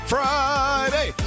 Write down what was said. Friday